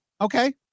Okay